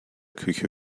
küche